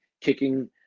kicking